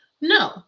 No